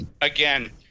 again